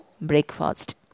breakfast